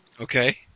Okay